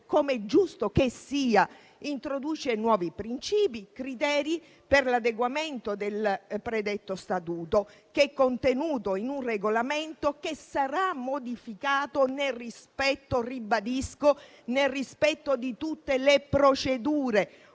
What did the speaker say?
come è giusto che sia, introduce nuovi principi e criteri per l'adeguamento del predetto Statuto, che è contenuto in un regolamento che sarà modificato nel rispetto, ribadisco, di tutte le procedure,